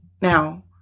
now